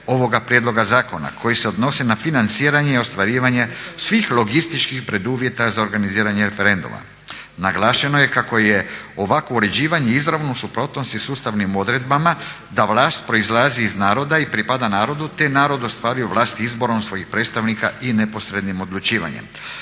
ovoga prijedloga zakona koji se odnosi na financiranje i ostvarivanje svih logističkih preduvjeta za organiziranje referenduma. Naglašeno je kako je ovakvo uređivanje izravno u suprotnosti sustavnim odredbama da vlast proizlazi iz naroda i pripada narodu te narod ostvaruje vlast izborom svojih predstavnika i neposrednim odlučivanjem.